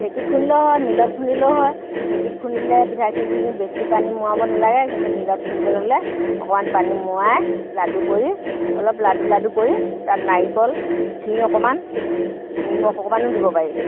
ঢেকীত খুন্ধিলেও হয় মিলত খুন্দিলেও হয় ঢেকীত খুন্দিলে পিঠাখিনি বেছি পানী মোৱাব নেলাগে কিন্তু মিলত খুন্দিবলৈ হ'লে অকণমান পানীত মোৱাই লাডু কৰি অলপ লাডু লাডু কৰি তাত নাৰিকল ঘী অকণমান নিমখ অকণমানো দিব পাৰি